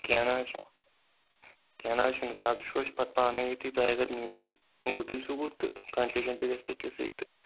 کیٚنہہ نہ حظ چھُ کیٚنہہ نہ حظ چھُنہٕ سُہ حظ وٕچھ پَتہٕ پانَے یُتھٕے تۄہہِ اگر نِنۍ چھُو گُتٕلۍ سوٗٹ تہٕ کَنسیشَن تہِ گژھِ تۄہہِ تِژھٕے تہٕ